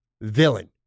villain